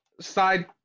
side